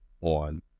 on